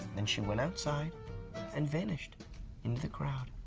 then she went outside and vanished into the crowd.